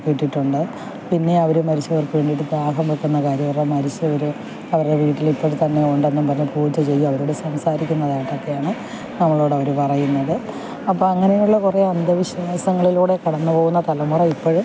കിട്ടിയിട്ടുണ്ട് പിന്നെ അവർ മരിച്ചവർക്ക് വേണ്ടിയിട്ട് ത്യാഗം വയ്ക്കുന്ന കാര്യം മരിച്ചവർ അവരുടെ വീട്ടിൽ ഇപ്പം തന്നെ ഉണ്ടെന്നും പറഞ്ഞ് പൂജ ചെയ്യുക അവരോട് സംസാരിക്കുന്നതായിട്ടൊക്കെയാണ് നമ്മളോട് അവർ പറയുന്നത് അപ്പം അങ്ങനെയുള്ള കുറേ അന്ധവിശ്വാസങ്ങളിലൂടെ കടന്നുപോകുന്ന തലമുറ ഇപ്പോഴും